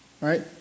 right